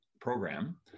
program